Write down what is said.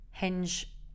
hinge